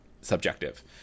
subjective